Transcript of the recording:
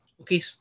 Okay